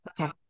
Okay